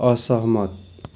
असहमत